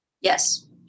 Yes